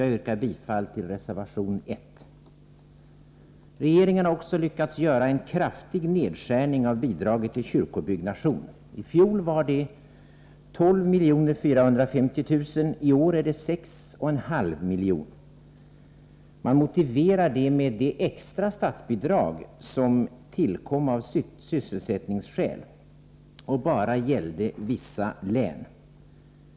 Jag yrkar bifall till reservation 1. Regeringen har också lyckats göra en kraftig nedskärning av bidraget till kyrkobyggnation. I fjol var det 12 450 000 kr., i år 6 500 000 kr. Nedskärningen motiveras med det extra statsbidrag som tillkom av sysselsättningsskäl och som bara gällde vissa län.